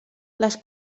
les